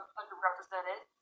underrepresented